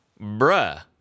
bruh